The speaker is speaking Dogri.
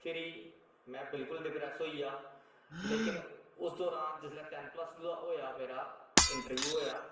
फिरी में बिल्कुल डिप्रैस होईया लेकिन उस दौरान जिसलै टैन प्लस टू दा होया जिसलै इन्ड्रब्यू होया